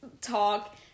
talk